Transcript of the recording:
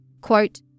Quote